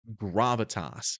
gravitas